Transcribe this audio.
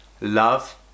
love